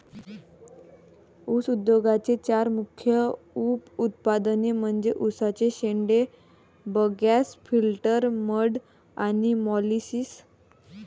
ऊस उद्योगाचे चार मुख्य उप उत्पादने म्हणजे उसाचे शेंडे, बगॅस, फिल्टर मड आणि मोलॅसिस